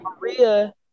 Maria